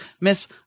Miss